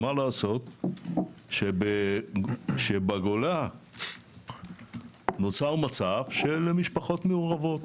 מה לעשות שבגולה נוצר מצב של משפחות מעורבות